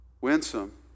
winsome